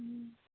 অঁ